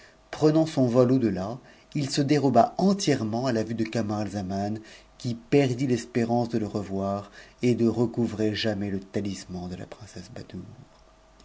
prenant son vol au dejà il se dcrojm entièrement à la vue de camaralznman qui perdit l'espérance revoir et de recouvrer jamais le talisman de la princesse